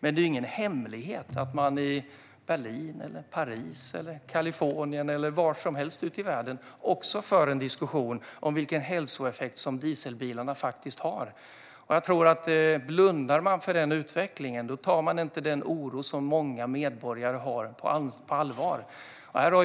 Men det är ingen hemlighet att man i Berlin, Paris, Kalifornien eller var som helst ute i världen för en diskussion om vilken hälsoeffekt dieselbilarna har. Blundar man för den utvecklingen tar man inte den oro som många medborgare har på allvar.